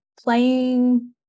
playing